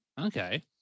okay